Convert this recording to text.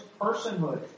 personhood